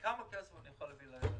כמה כסף אני יכול להביא מהאוצר?